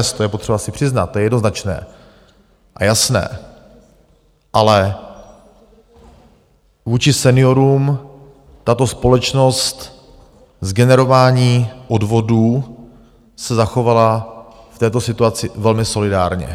To je potřeba si přiznat, to je jednoznačné a jasné, ale vůči seniorům tato společnost z generování odvodů se zachovala v této situaci velmi solidárně.